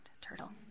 turtle